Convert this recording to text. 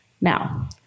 Now